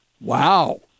Wow